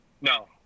no